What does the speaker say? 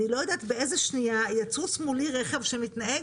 אני לא יודעת באיזו שנייה יצוץ מולי רכב שמתנהג